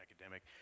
academic